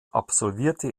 absolvierte